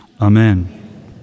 amen